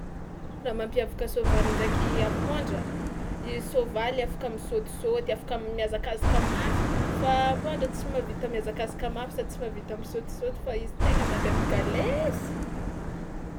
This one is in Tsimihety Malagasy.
Raha mampiavaka soavaly ndraiky ampôndra: i soavaly afaka misôtisôty afaka mihazakazaka mafy fa ampoandra tsy mahavita mihazakazaka sady tsy mahavita misôtisôty fa izy tegna mandeha migalesy.